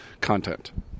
content